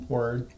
Word